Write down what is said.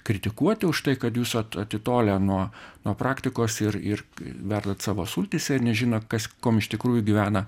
kritikuoti už tai kad jūs at atitolę nuo nuo praktikos ir ir verdant savo sultyse ir nežinot kas iš tikrųjų gyvena